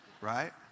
Right